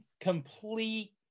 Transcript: complete